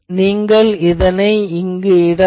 நீங்கள் இதை இங்கு இடலாம்